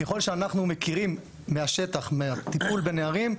ככל שאנחנו מכירים מהשטח מהטיפול בנערים,